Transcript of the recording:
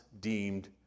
deemed